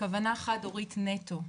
הכוונה חד הורית נטו,